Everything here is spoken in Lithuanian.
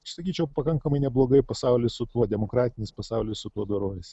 sakyčiau pakankamai neblogai pasaulis su tuo demokratinis pasaulis su tuo dorojasi